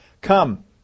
Come